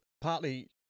partly